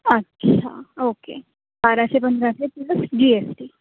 अच्छा ओके बाराशे पंधरा ते प्लस जी एस टी